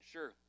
Sure